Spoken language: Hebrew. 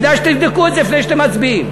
כדאי שתבדקו את זה לפני שאתם מצביעים.